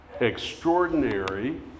extraordinary